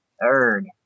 third